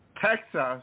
Texas